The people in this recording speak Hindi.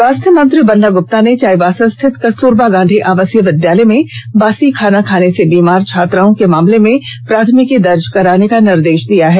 स्वास्थ्य मंत्री बन्ना गुप्ता ने चाईबासा स्थित कस्तूरबा गांधी आवासीय विद्यालय में बासी खाना खाने से बीमार छात्राओं के मामले में प्राथमिकी दर्ज कराने का निर्देश दिया है